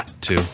two